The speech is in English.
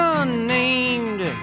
unnamed